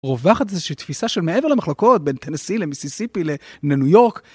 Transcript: רווחת איזשהי תפיסה של מעבר למחלקות בין טנסי למיסיסיפי לניו יורק.